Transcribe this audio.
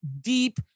deep